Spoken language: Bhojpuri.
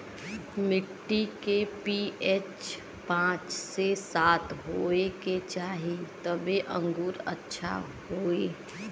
मट्टी के पी.एच पाँच से सात होये के चाही तबे अंगूर अच्छा होई